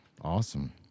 awesome